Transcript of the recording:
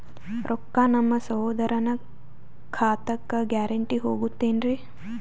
ರೊಕ್ಕ ನಮ್ಮಸಹೋದರನ ಖಾತಕ್ಕ ಗ್ಯಾರಂಟಿ ಹೊಗುತೇನ್ರಿ?